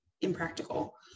impractical